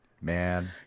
Man